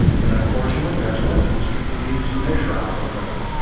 and unfortunately, that's what most people use to measure output ripple.